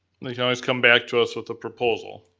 they can always come back to us with a proposal.